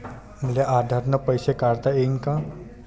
मले आधार न पैसे काढता येईन का?